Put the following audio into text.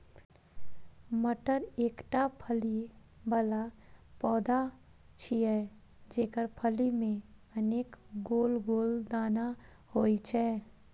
मटर एकटा फली बला पौधा छियै, जेकर फली मे अनेक गोल गोल दाना होइ छै